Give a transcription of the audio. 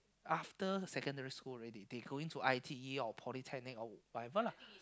after secondary school already they going to i_t_e or Polytechnic or whatever lah